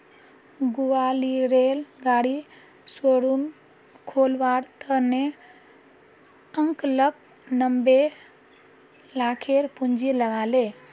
ग्वालियरेर गाड़ी शोरूम खोलवार त न अंकलक नब्बे लाखेर पूंजी लाग ले